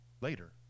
later